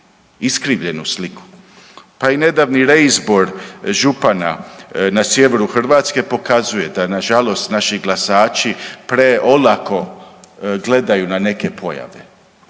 Iskrivljenu sliku. Pa i nedavni reizbor župana na sjeveru Hrvatske pokazuje da na žalost naši glasači preolako gledaju na neke pojave.